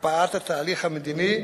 הקפאת התהליך המדיני,